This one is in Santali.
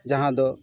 ᱡᱟᱦᱟᱸ ᱫᱚ